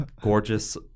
Gorgeous